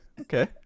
Okay